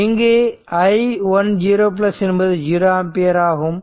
இங்கு i10 என்பது 0 ampere ஆகும்